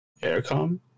aircom